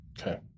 Okay